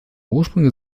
ursprünge